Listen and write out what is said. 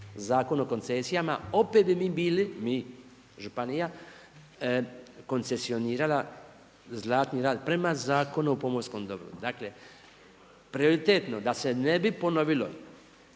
Zakon o koncesijama opet mi bi bili, mi županija, koncesionirala Zlatni rat prema Zakonu o pomorskom dobru. Dakle prioritetno da se ne bi ponovilo,